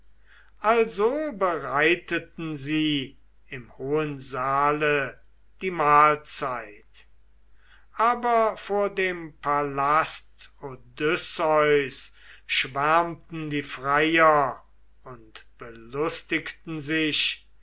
also bereiteten sie im hohen saale die mahlzeit aber vor dem palast odysseus schwärmten die freier und belustigten sich